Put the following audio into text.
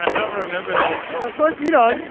i don't remember this yeah, of course you don't